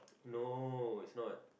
no it's not